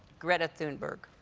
greta thunberg.